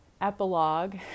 epilogue